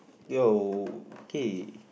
yo okay